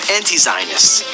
anti-Zionists